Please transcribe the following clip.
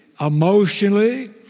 emotionally